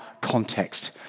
context